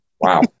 Wow